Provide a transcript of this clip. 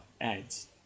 ads